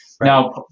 Now